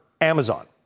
Amazon